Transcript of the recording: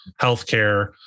healthcare